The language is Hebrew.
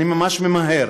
אני ממש ממהר: